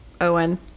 Owen